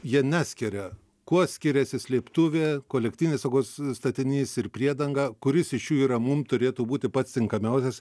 jie neskiria kuo skiriasi slėptuvė kolektyvinis saugos statinys ir priedanga kuris iš jų yra mum turėtų būti pats tinkamiausias